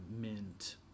Mint